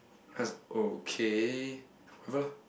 I was like okay whatever lah